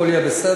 הכול יהיה בסדר.